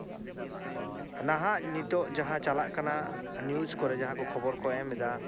ᱱᱟᱦᱟᱜ ᱱᱤᱛᱳᱜ ᱡᱟᱦᱟᱸ ᱪᱟᱞᱟᱜ ᱠᱟᱱᱟ ᱱᱤᱭᱩᱡ ᱠᱟᱨᱮ ᱡᱟᱦᱟᱸᱠᱚ ᱠᱷᱚᱵᱚᱨ ᱠᱚ ᱮᱢᱮᱫᱟ